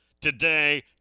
today